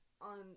on